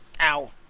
Ow